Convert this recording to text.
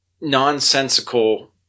nonsensical